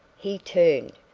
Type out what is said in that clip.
he turned,